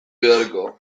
beharko